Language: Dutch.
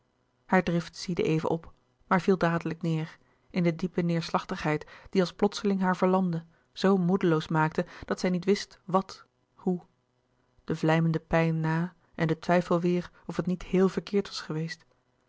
haar drift ziedde even op maar viel dadelijk neêr in de diepe neêrslachtigheid die als plotseling haar verlamde zoo moedeloos maakte dat zij niet wist wat hoe de vlijmende pijn na en de twijfel weêr of het niet heel verkeerd was geweest